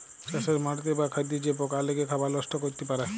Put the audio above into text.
চাষের মাটিতে বা খাদ্যে যে পকা লেগে খাবার লষ্ট ক্যরতে পারে